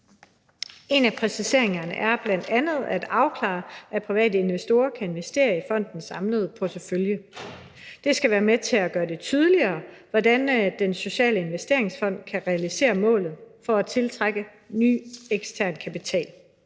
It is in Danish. En af præciseringerne er bl.a. at afklare, at private investorer kan investere i fondens samlede portefølje. Det skal være med til at gøre det tydeligere, hvordan Den Sociale Investeringsfond kan realisere målet om at tiltrække ny ekstern kapital.